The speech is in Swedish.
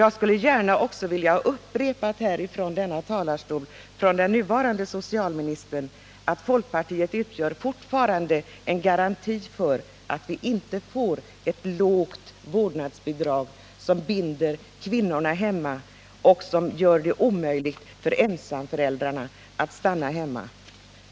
Jag skulle också gärna vilja ha upprepat från kammarens talarstol av den nuvarande socialministern att folkpartiet fortfarande utgör en garanti för att vi inte får ett lågt vårdnadsbidrag som binder kvinnorna i hemmet och som gör det omöjligt för ensamföräldrar att stanna hemma.